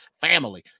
family